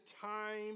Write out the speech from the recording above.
time